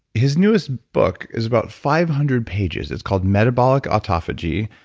his newest book is about five hundred pages, it's called metabolic autophagy.